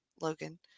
Logan